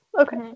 Okay